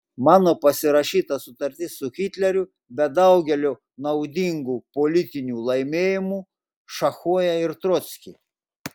mano pasirašyta sutartis su hitleriu be daugelio naudingų politinių laimėjimų šachuoja ir trockį